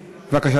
בבקשה,